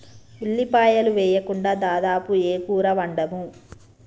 ఉల్లిపాయలు వేయకుండా దాదాపు ఏ కూర వండము